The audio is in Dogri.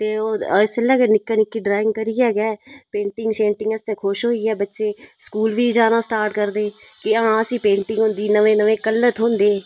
ते ओह् इसलै गै निक्के निक्के डराइंग करियै गै पेंटिंग शेंटिंग आस्तै गै खुश होइयै गै बच्चे स्कूल बी जाना स्टार्ट करदे ते हां असें पेंटिंग औंदी नमें नमें कल्लर थ्होंदे